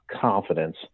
confidence